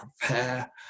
prepare